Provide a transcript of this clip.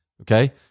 Okay